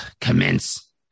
commence